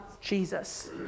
Jesus